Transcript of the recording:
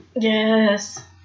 Yes